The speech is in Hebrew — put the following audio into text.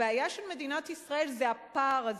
הבעיה של מדינת ישראל זה הפער הזה.